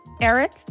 Eric